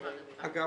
אגב,